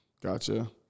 Gotcha